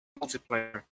Multiplayer